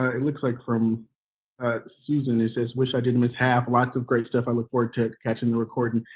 ah it looks like from susan, who says wish i didn't miss half. lots of great stuff. i look forward to catching the recording.